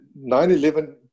9-11